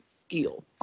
skill